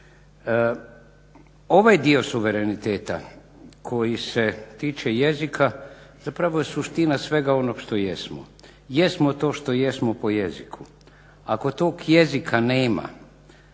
Ovaj dio suvereniteta koji se tiče jezika zapravo je suština svega onog što jesmo. Jesmo to što jesmo po jeziku. Ako tog jezika nema